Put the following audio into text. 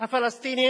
הפלסטינים